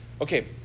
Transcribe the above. okay